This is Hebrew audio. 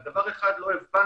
אבל דבר אחד לא הבנתי